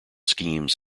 schemes